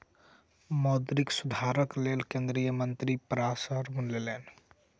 मौद्रिक सुधारक लेल केंद्रीय मंत्री परामर्श लेलैन